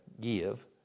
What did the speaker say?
give